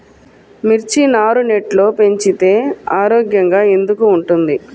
మిర్చి నారు నెట్లో పెంచితే ఆరోగ్యంగా ఎందుకు ఉంటుంది?